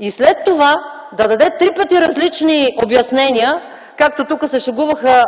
и след това да даде три пъти различни обяснения, както тук се шегуваха